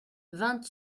vingt